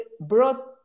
brought